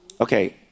Okay